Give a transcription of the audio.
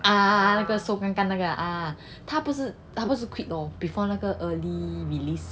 ah ah ah 那个瘦干干那个 ah 他不是他不是 pick 我 before 那个 early release